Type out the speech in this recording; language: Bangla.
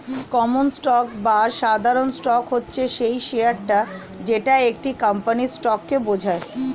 কমন স্টক বা সাধারণ স্টক হচ্ছে সেই শেয়ারটা যেটা একটা কোম্পানির স্টককে বোঝায়